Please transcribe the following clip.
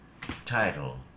title